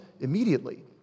immediately